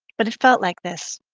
but it felt like this,